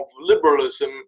liberalism